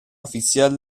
oficial